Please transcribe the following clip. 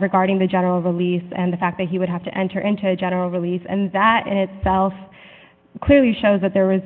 regarding the general release and the fact that he would have to enter into a general release and that in itself clearly shows that there was